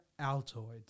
Altoids